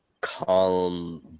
calm